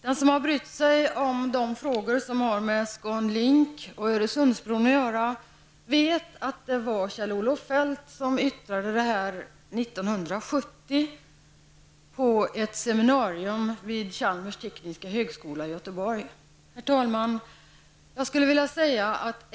Den som har brytt sig om de frågor som har med ScanLink och Öresundsbron att göra, vet att det var Kjell-Olof Feldt som yttrade detta 1970 på ett seminarium på Chalmers tekniska högskola i Herr talman!